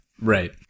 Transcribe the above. Right